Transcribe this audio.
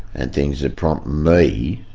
and things that prompt me